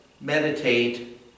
meditate